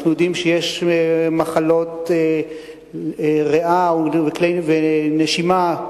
אנחנו יודעים שיש מחלות ריאה ונשימה,